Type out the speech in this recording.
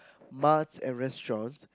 marts and restaurants